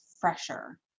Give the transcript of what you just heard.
fresher